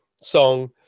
song